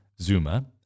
Zuma